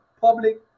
public